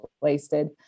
wasted